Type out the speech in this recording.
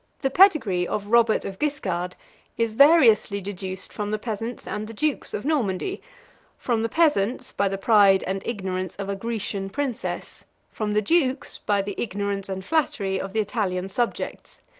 the pedigree of robert of guiscard is variously deduced from the peasants and the dukes of normandy from the peasants, by the pride and ignorance of a grecian princess from the dukes, by the ignorance and flattery of the italian subjects.